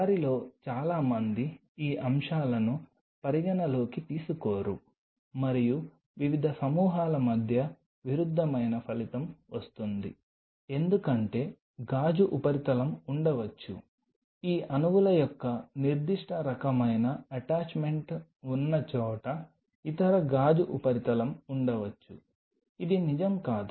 వారిలో చాలామంది ఈ అంశాలను పరిగణనలోకి తీసుకోరు మరియు వివిధ సమూహాల మధ్య విరుద్ధమైన ఫలితం వస్తుంది ఎందుకంటే గాజు ఉపరితలం ఉండవచ్చు ఈ అణువుల యొక్క నిర్దిష్ట రకమైన అటాచ్మెంట్ ఉన్న చోట ఇతర గాజు ఉపరితలం ఉండవచ్చు ఇది నిజంగా కాదు